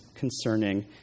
concerning